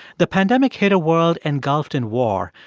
the pandemic hit a world engulfed in war.